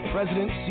President